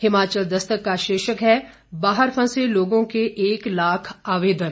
हिमाचल दस्तक का शीर्षक है बाहर फंसे लोगों के एक लाख आवेदन